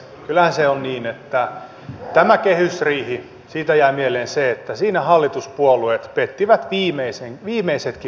kyllähän se on niin että tästä kehysriihestä jää mieleen se että siinä hallituspuolueet pettivät viimeisetkin vaalilupauksensa